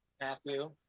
Matthew